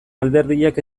alderdiak